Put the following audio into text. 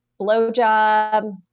blowjob